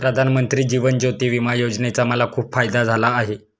प्रधानमंत्री जीवन ज्योती विमा योजनेचा मला खूप फायदा झाला आहे